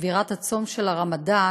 שבירת הצום של הרמדאן,